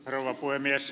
rouva puhemies